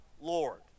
Lord